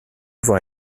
avoir